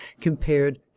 compared